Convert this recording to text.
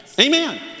Amen